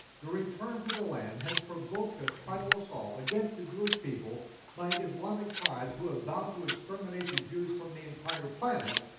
the return to the land has provoked a tidal assault against the jewish people by islamic tribes who have vowed to exterminate the jews from the entire planet.